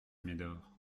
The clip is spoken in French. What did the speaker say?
médor